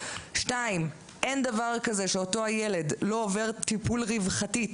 (2) אין דבר כזה שאותו הילד לא עובר טיפול רווחתי,